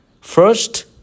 First